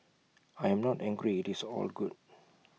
I am not angry IT is all good